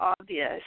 obvious